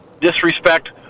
disrespect